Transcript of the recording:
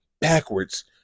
backwards